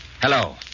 Hello